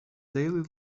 daily